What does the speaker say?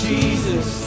Jesus